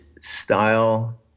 style